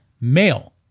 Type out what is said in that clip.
male